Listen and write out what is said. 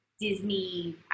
Disney